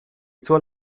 zur